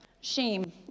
Shame